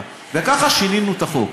וככה שינינו את החוק,